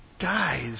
guys